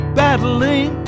battling